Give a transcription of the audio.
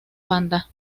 banda